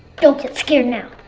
don't get scared now